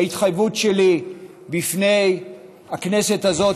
ההתחייבות שלי בפני הכנסת הזאת,